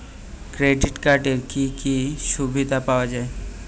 Credit কার্ডের কি কি সুবিধা পাওয়া যায়?